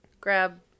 grab